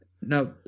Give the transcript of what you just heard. Now